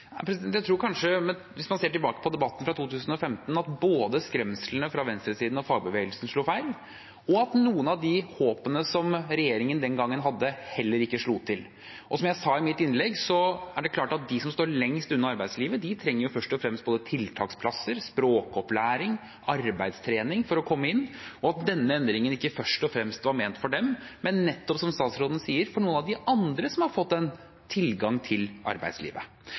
Jeg tror kanskje, hvis man ser tilbake på debatten fra 2015, at både skremslene fra venstresiden og fagbevegelsen slo feil, og at noen av de håpene som regjeringen den gangen hadde, heller ikke slo til. Som jeg sa i mitt innlegg, er det klart at de som står lengst unna arbeidslivet, trenger først og fremst både tiltaksplasser, språkopplæring og arbeidstrening for å komme inn, og denne endringen var ikke først og fremst ment for dem, men nettopp, som statsråden sier, for noen av de andre som har fått en tilgang til arbeidslivet.